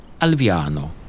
Alviano